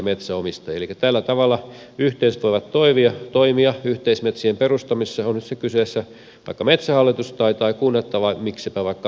elikkä tällä tavalla yhteisöt voivat toimia yhteismetsien perustamisessa on nyt sitten kyseessä vaikka metsähallitus tai kunnat tai mikseipä vaikka seurakunnatkin